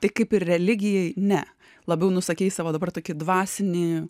tai kaip ir religijai ne labiau nusakei savo dabar tokį dvasinį